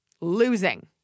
Losing